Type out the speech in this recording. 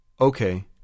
Okay